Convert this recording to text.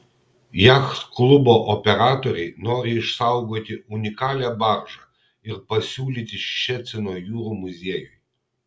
jachtklubo operatoriai nori išsaugoti unikalią baržą ir pasiūlyti ščecino jūrų muziejui